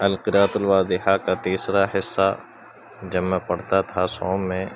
القراۃ الواضحہ کا تیسرا حصہ جب میں پڑھتا تھا سوم میں